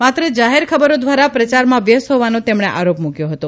માત્ર જાહેર ખબરો ધ્વારા પ્રચારમાં વ્યસ્ત હોવાનો તેમણે આરોપ મુકયો હતો